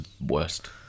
worst